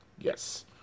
Yes